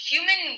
Human